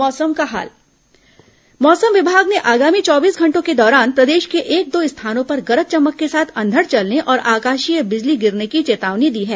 मौसम मौसम विमाग ने आगामी चौबीस घंटों के दौरान प्रदेश के एक दो स्थानों पर गरज चमक के साथ अंधड़ चलने और आकाशीय बिजली गिरने की चेतावनी दी है